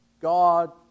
God